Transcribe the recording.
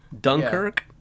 Dunkirk